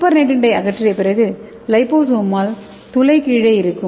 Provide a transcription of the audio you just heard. சூப்பர்நேட்டண்டை அகற்றிய பிறகு லிபோசோமால் துளை கீழே இருக்கும்